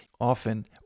often